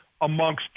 amongst